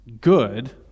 good